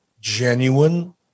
genuine